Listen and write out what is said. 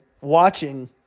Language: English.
watching